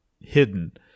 hidden